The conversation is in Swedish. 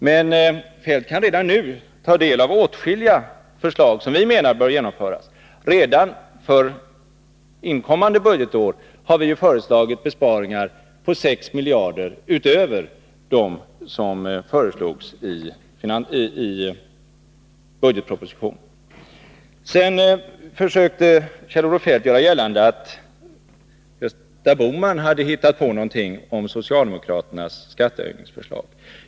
Kjell-Olof Feldt kan redan nu ta del av åtskilliga förslag som vi anser bör genomföras. Redan för kommande budgetår har vi föreslagit besparingar på sex miljarder utöver dem som föreslogs i budgetpropositionen. Kjell-Olof Feldt försökte göra gällande att Gösta Bohman hade hittat på någonting om socialdemokraternas skattehöjningsförslag.